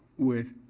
with